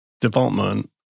development